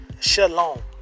Shalom